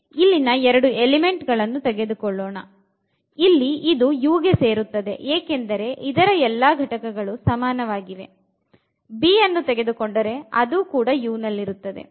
ಇಲ್ಲಿನ ಎರಡು ಎಲಿಮೆಂಟ್ ಗಳನ್ನು ತೆಗೆದುಕೊಳ್ಳೋಣ ಇಲ್ಲಿ ಇದು U ಗೆ ಸೇರಿರುತ್ತದೆ ಏಕೆಂದರೆ ಇದರ ಎಲ್ಲಾ ಘಟಕಗಳು ಸಮನಾಗಿವೆ b ಅನ್ನು ತೆಗೆದುಕೊಂಡರೆ ಅದು ಕೂಡ U ನಲ್ಲಿರುತ್ತದೆ